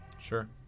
Sure